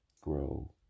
grow